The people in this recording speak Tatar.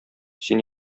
син